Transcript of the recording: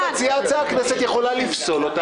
גם אם הממשלה מציעה הצעה הכנסת יכולה לפסול אותה.